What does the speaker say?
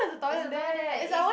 there's a toilet there is